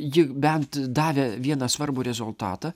ji bent davė vieną svarbų rezultatą